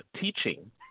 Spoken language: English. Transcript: teaching